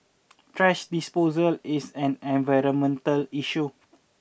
thrash disposal is an environmental issue